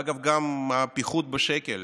אגב, גם הפיחות בשקל